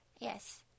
Yes